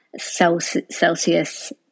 Celsius